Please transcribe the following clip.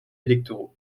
électoraux